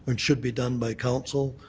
and should be done by council.